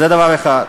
זה דבר אחד.